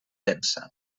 densa